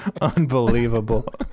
Unbelievable